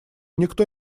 никто